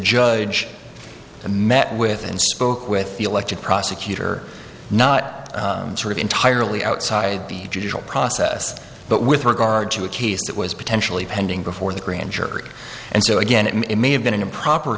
judge met with and spoke with the elected prosecutor not sort of entirely outside the judicial process but with regard to a case that was potentially pending before the grand jury and so again it may have been an improper